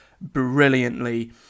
brilliantly